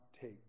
take